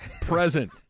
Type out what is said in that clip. present